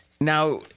Now